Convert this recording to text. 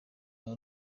vya